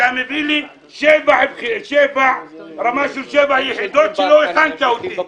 אתה מביא לי רמה של שבע יחידות שלא הכנת אותי.